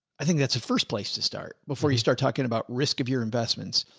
i think that's the first place to start before you start talking about risk of your investments,